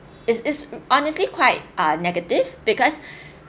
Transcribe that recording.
is is honestly quite err negative because